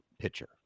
pitcher